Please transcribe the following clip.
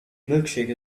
milkshake